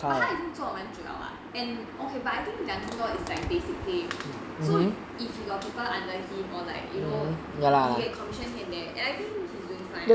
but 他已经做蛮久了 lah and okay but I think 两千多 is like basic pay so if he got people under him or like you know he had commission here and there and I think he is doing fine lah